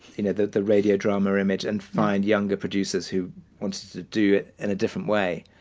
you know, the the radio drama image and find younger producers who wanted to do it in a different way.